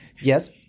Yes